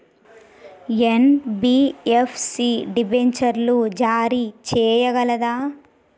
NBFC డిబెంచర్లు జారీ చేయగలదా?